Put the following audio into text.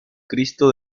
cristo